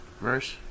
Verse